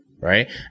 Right